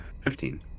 Fifteen